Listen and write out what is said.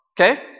Okay